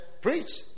preach